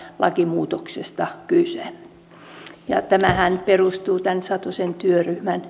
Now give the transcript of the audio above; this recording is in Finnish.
lakimuutoksesta kyse tämähän perustuu satosen työryhmän